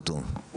כתוב.